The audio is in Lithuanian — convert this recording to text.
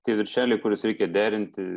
tie viršeliai kuriuos reikia derinti